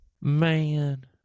man